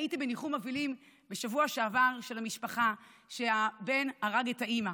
הייתי בניחום אבלים בשבוע שעבר אצל המשפחה שבה הבן הרג את האימא.